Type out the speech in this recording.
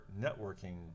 networking